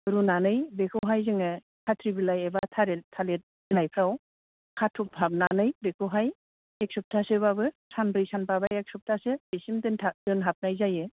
रुनानै बेखौहाय जोङो खाथ्रि बिलाय एबा थालिर थालिर बिलाय फ्राव खाथबहाबनानै बेखौहाय एक सप्तासो बाबो सानब्रै सानबा बा एक सप्तासो बिसिम दोनथा दोनहाबनाय जायो